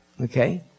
Okay